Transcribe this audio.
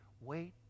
Wait